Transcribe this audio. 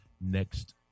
next